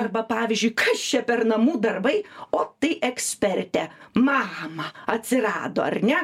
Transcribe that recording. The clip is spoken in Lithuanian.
arba pavyzdžiui kas čia per namų darbai o tai ekspertė mama atsirado ar ne